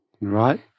Right